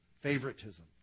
Favoritism